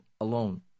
alone